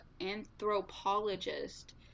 anthropologist